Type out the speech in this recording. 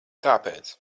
tāpēc